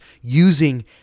using